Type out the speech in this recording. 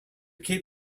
cape